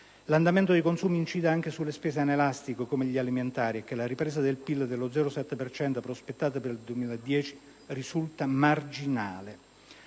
L'andamento dei consumi incide anche sulle spese anelastiche, come gli alimentari, e la ripresa del PIL dello 0,7 per cento prospettata per il 2010 risulta marginale.